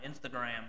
Instagram